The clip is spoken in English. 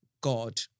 God